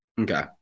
Okay